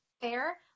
fair